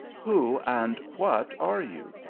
who, and what are you?